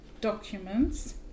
documents